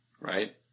Right